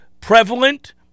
prevalent